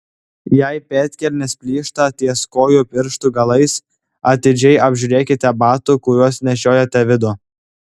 jei pėdkelnės plyšta ties kojų pirštų galais atidžiai apžiūrėkite batų kuriuos nešiojate vidų